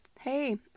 hey